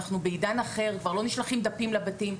אנחנו בעידן אחר כבר לא נשלחים דפים לבתים.